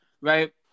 right